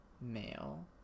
Male